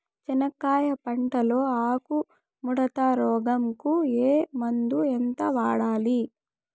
చెనక్కాయ పంట లో ఆకు ముడత రోగం కు ఏ మందు ఎంత వాడాలి?